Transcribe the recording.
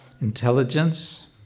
intelligence